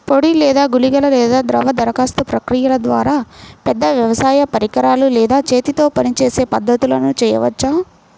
పొడి లేదా గుళికల లేదా ద్రవ దరఖాస్తు ప్రక్రియల ద్వారా, పెద్ద వ్యవసాయ పరికరాలు లేదా చేతితో పనిచేసే పద్ధతులను చేయవచ్చా?